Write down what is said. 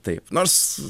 taip nors